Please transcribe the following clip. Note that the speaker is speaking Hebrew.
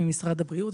ממשרד הבריאות,